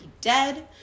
dead